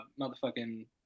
motherfucking